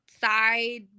side